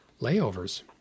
Layovers